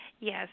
Yes